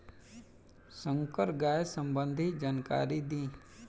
संकर गाय संबंधी जानकारी दी?